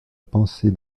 pensée